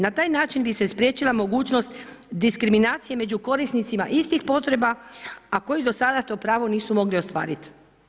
Na taj način bi se spriječila mogućnost diskriminacije među korisnicima istih potreba a koji do sada to pravo nisu mogli ostvariti.